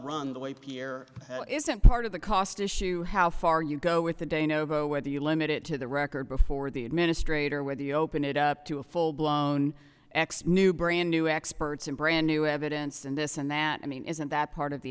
the way pierre isn't part of the cost issue how far you go with a de novo whether you limit it to the record before the administrator whether the open it up to a full blown ex new brand new experts in brand new evidence and this and that i mean isn't that part of the